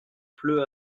pleut